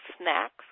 snacks